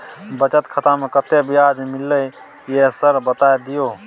बचत खाता में कत्ते ब्याज मिलले ये सर बता दियो?